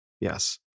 yes